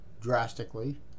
drastically